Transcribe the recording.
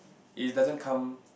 it doesn't come